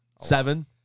Seven